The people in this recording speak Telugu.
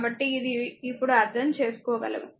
కాబట్టి ఇది ఇప్పుడు అర్థం చేసుకోగలము